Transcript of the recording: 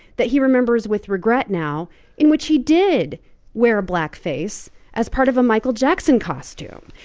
that he remembers with regret now in which he did wear a blackface as part of a michael jackson costume.